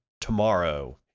tomorrow